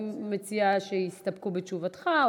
אתה מציע שיסתפקו בתשובתך,